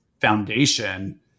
foundation